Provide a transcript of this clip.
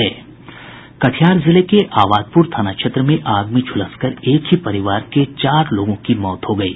कटिहार जिले के आबादप्र थाना क्षेत्र में आग में झुलसकर एक ही परिवार के चार लोगों की मौत हो गयी